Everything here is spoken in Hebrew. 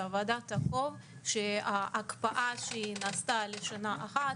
שהוועדה תוודא שההקפאה שנעשתה לשנה אחת,